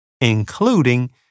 including